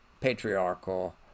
patriarchal